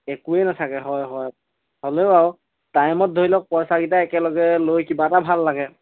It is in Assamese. একোৱেই নাথাকে হয় হয় হ'লেও আৰু টাইমত ধৰি লওক পইচাকেইটা একেলগে লৈ কিবা এটা ভাল লাগে